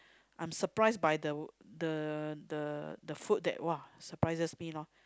I'm surprised by the the the the food that !wah! surprises me lor